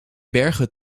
berghut